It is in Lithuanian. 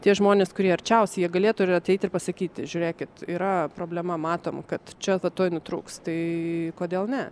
tie žmonės kurie arčiausiai jie galėtų ir ateiti ir pasakyti žiūrėkit yra problema matom kad čia vat tuoj nutrūks tai kodėl ne